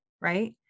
right